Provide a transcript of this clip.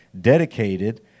dedicated